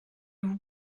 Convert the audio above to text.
vous